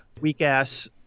weak-ass